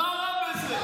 בוא נראה.